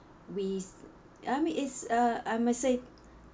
with I mean is uh I must say